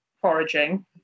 foraging